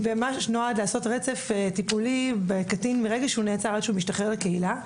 שנועד לעשות רצף טיפולי בקטין מרגע שהוא נעצר עד שהוא משתחרר לקהילה.